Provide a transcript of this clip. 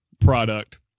product